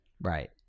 right